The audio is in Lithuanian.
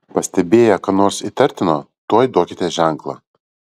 pastebėję ką nors įtartino tuoj duokite ženklą